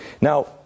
Now